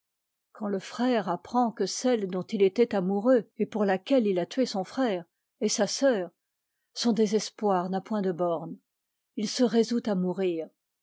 quand le frère apprend que celle dont il était amoureux et pour laquelle il a tué son frère est sa sœur son désespoir n'a point de bornes il se résout à mourir